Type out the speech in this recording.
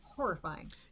horrifying